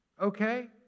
okay